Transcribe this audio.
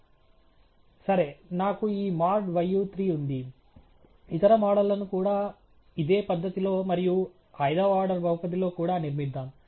సరే నాకు ఈ modyu3 ఉంది ఇతర మోడళ్లను కూడా ఇదే పద్ధతిలో మరియు ఐదవ ఆర్డర్ బహుపదిలో కూడా నిర్మిద్దాం